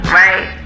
right